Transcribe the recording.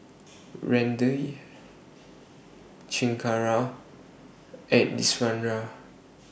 Ramdev Chengara and Iswaran